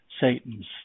Satan's